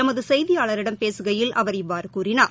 எமதுசெய்தியாளரிடம் பேசுகையில் அவர் இவ்வாறுகூறினார்